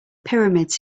pyramids